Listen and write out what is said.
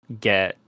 Get